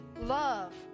love